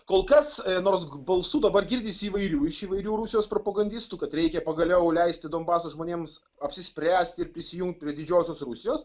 kol kas nors balsų dabar girdisi įvairių iš įvairių rusijos propagandistų kad reikia pagaliau leisti donbaso žmonėms apsispręsti ir prisijungt prie didžiosios rusijos